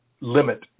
limit